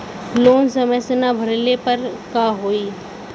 Loan समय से ना भरले पर का होयी?